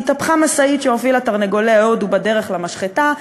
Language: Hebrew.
התהפכה משאית שהובילה תרנגולי הודו בדרך למשחטה,